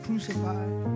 crucified